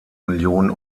millionen